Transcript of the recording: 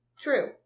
True